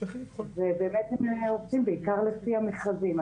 ובאמת עושים בעיקר לפי המכרזים.